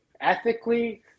ethically